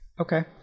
Okay